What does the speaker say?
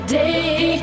day